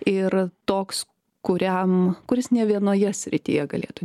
ir toks kuriam kuris ne vienoje srityje galėtų